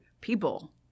people